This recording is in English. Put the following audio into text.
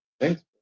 Thanks